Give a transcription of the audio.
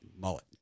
mullet